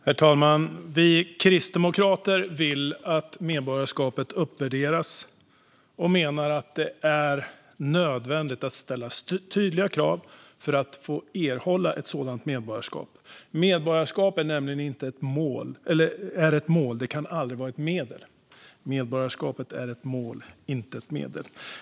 Herr talman! Vi kristdemokrater vill att medborgarskapet uppvärderas och menar att det är nödvändigt att ställa tydliga krav för att man ska få erhålla ett medborgarskap. Medborgarskap är ett mål, inte ett medel.